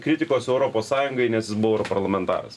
kritikos europos sąjungai nes jis buvo europarlamentaras